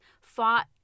fought